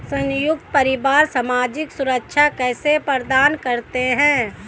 संयुक्त परिवार सामाजिक सुरक्षा कैसे प्रदान करते हैं?